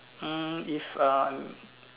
uh if I'm